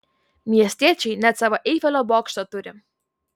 miestiečiai net savo eifelio bokštą turi